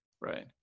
right